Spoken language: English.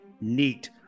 neat